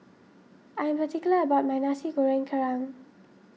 I am particular about my Nasi Goreng Kerang